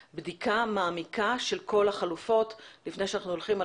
בדיקה מעמיקה של כל החלופות לפני שאנחנו הולכים על